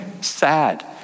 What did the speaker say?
Sad